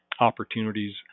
opportunities